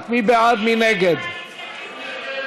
איציק שמולי,